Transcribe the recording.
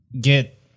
get